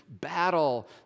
battle